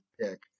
pick